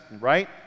right